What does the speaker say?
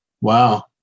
Wow